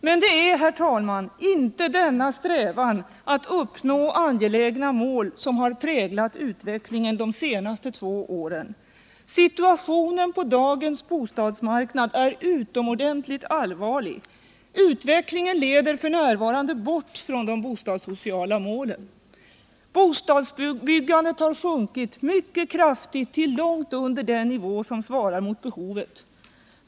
Men det är inte denna strävan att uppnå angelägna sociala mål som har präglat utvecklingen de senaste två åren. Situationen på dagens bostadsmarknad är utomordentligt allvarlig. Utvecklingen leder f. n. bort från de bostadssociala målen. Bostadsbyggandet har sjunkit mycket kraftigt till långt under den nivå som svarar mot behovet.